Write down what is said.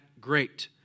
great